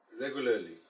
regularly